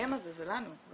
הזה זה לנו.